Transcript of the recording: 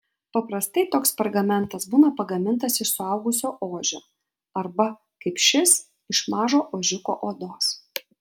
paprastai toks pergamentas būna pagamintas iš suaugusio ožio arba kaip šis iš mažo ožiuko odos